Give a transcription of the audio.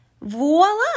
Voila